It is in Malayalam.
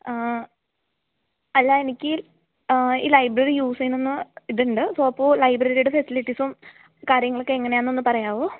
അല്ല എനിക്ക് ഈ ലൈബ്രറി യൂസ് ചെയ്യണം എന്ന് ഇതുണ്ട് സൊ അപ്പോൾ ലൈബ്രറിയുടെ ഫെസിലിറ്റീസും കാര്യങ്ങളൊക്കെ എങ്ങനെയാണ് എന്നൊന്ന് പറയാമോ